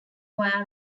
via